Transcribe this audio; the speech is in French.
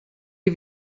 les